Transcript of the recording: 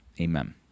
Amen